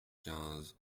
quinze